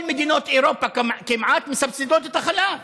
כל מדינות אירופה כמעט מסבסדות את החלב.